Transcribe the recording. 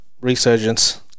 resurgence